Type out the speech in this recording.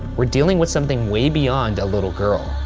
we're dealing with something way beyond a little girl,